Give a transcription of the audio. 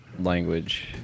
language